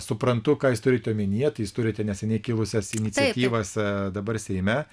suprantu ką jūs turite omenyje tai jūs turite neseniai kilusias iniciatyvas dabar seime